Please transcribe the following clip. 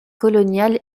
colonial